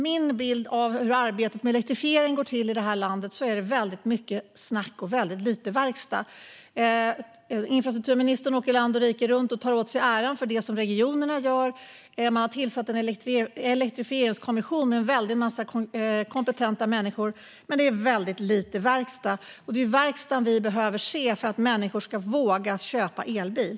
Min bild av hur arbetet med elektrifieringen går till i det här landet är att det är mycket snack och lite verkstad. Infrastrukturministern åker land och rike runt och tar åt sig äran för det som regionerna gör. Man har tillsatt en elektrifieringskommission med en massa kompetenta människor, men det är väldigt lite verkstad. Det är ju verkstad som vi behöver se för att människor ska våga köpa elbil.